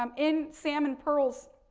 um in sam and pearls